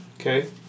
Okay